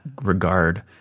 regard